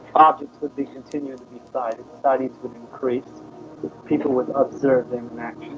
objects would be continued to be sighted sightings would increase the people would observe them